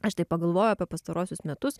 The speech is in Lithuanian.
aš taip pagalvoju apie pastaruosius metus